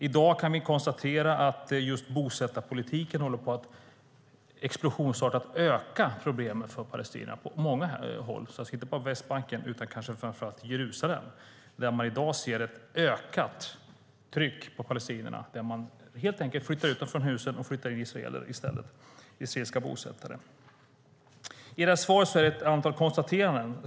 I dag kan vi konstatera att bosättarpolitiken håller på att explosionsartat öka problemen för palestinierna på många håll, inte bara på Västbanken utan kanske framför allt i Jerusalem där man i dag ser ett ökat tryck på palestinierna. Man flyttar ut dem från husen och flyttar in israeliska bosättare i stället. I svaret finns ett antal konstateranden.